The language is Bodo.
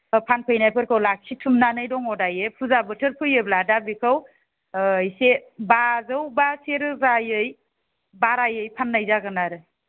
फानफैनायफोरखौ लाखिथुमनानै दङ दायो फुजा बोथोर फैयोब्ला दा बेफोरखौ एसे बाजौ बा से रोजायै बारायै फाननाय जागोन आरो